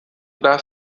bas